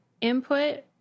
input